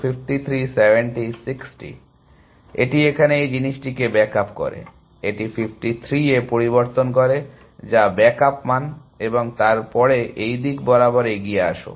সুতরাং এটি এখানে এই জিনিসটিকে ব্যাক আপ করে এটিকে 53 এ পরিবর্তন করে যা ব্যাক আপ মান এবং তারপরে এই দিক বরাবর এগিয়ে আসো